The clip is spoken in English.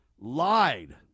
lied